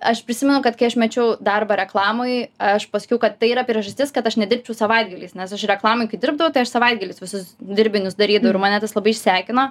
aš prisimenu kad kai aš mečiau darbą reklamoj aš pasakiau kad tai yra priežastis kad aš nedirbčiau savaitgaliais nes aš reklamoj kai dirbdavau tai aš savaitgaliais visus dirbinius darydavau ir mane tas labai išsekino